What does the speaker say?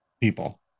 people